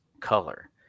color